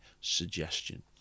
suggestion